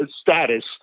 status